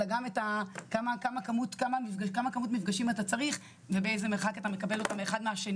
אלא גם כמה מפגשים אתה צריך ובאיזה מרחק אתה מקבל אותם אחד מהשני.